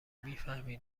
میفهمی